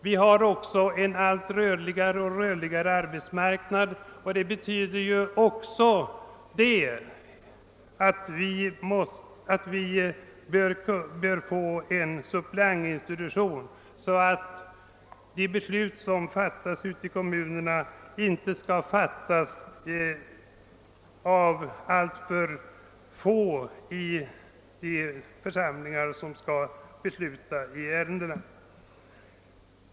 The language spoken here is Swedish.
Vi har också fått en allt rörligare arbetsmarknad och även detta betyder att vi bör få en suppleantinstitution så att kommunernas beslut inte fattas av alltför få i de församlingar som skall besluta i ärendena.